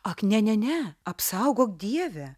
ak ne ne ne apsaugok dieve